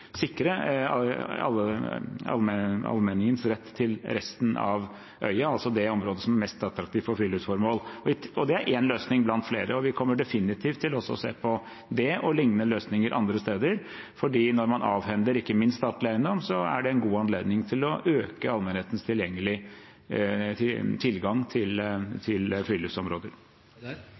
rett til resten av øya, altså det området som er mest attraktivt for friluftsformål. Det er én løsning blant flere, og vi kommer definitivt til å se på det og lignende løsninger andre steder, for når man avhender ikke minst statlig eiendom, er det en god anledning til å øke allmennhetens tilgang til friluftsområder. Jeg er veldig enig i det statsråden sier om at det er en god anledning til